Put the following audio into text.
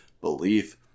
belief